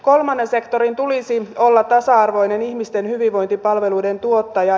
kolmannen sektorin tulisi olla tasa arvoinen ihmisten hyvinvointipalveluiden tuottaja